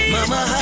Mama